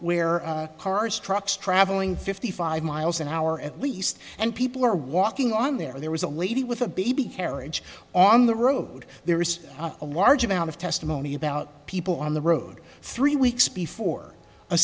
where cars trucks traveling fifty five miles an hour at least and people are walking on there there was a lady with a baby carriage on the road there is a large amount of testimony about people on the road three weeks before a